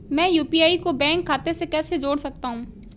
मैं यू.पी.आई को बैंक खाते से कैसे जोड़ सकता हूँ?